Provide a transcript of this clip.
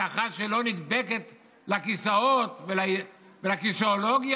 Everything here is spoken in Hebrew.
כאחת שלא נדבקת לכיסאות ולכיסאולוגיה